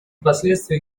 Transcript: последствия